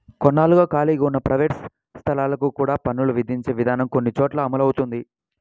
కొన్నాళ్లుగా ఖాళీగా ఉన్న ప్రైవేట్ స్థలాలకు కూడా పన్నులు విధించే విధానం కొన్ని చోట్ల అమలవుతోంది